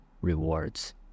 rewards